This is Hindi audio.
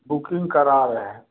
बुकिंग कराओ है